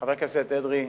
חבר הכנסת אדרי,